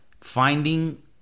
finding